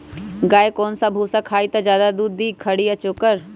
गाय कौन सा भूसा खाई त ज्यादा दूध दी खरी या चोकर?